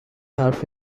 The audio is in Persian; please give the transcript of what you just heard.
حرف